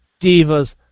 Divas